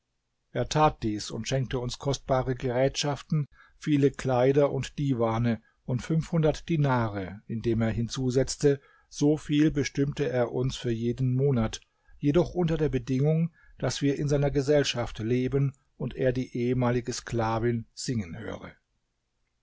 er tat dies und schenkte uns kostbare gerätschaften viele kleider und diwane und fünfhundert dinare indem er hinzusetzte so viel bestimmte er uns für jeden monat jedoch unter der bedingung daß wir in seiner gesellschaft leben und er die ehemalige sklavin singen höre